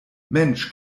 mensch